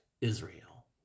Israel